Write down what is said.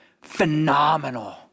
Phenomenal